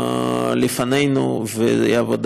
כמו כן,